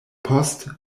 poste